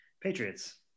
Patriots